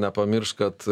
nepamiršt kad